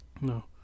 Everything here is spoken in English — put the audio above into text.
No